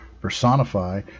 personify